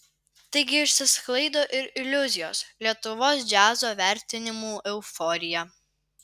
taigi išsisklaido ir iliuzijos lietuvos džiazo vertinimų euforija